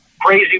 crazy